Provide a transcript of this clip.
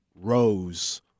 rose